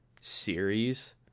series